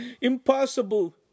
Impossible